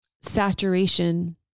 saturation